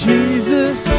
Jesus